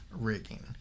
rigging